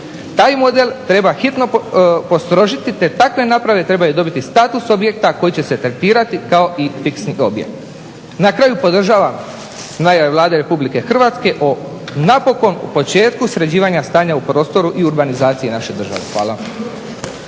Taj model treba hitno postrožiti, te takve naprave trebaju dobiti status objekta koji će se tretirati kao i fiksni objekt. Na kraju podržavam najave Vlade Republike Hrvatske o napokon o početku sređivanja stanja u prostoru i urbanizaciji naše države. Hvala.